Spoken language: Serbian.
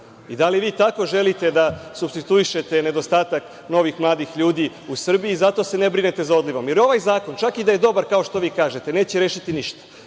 li vi tako želite da supstituišete nedostatak novih mladih ljudi u Srbiji i zato se ne brinete za odliv? Jer, ovaj zakon, čak i da je dobar kao što vi kažete, neće rešiti ništa,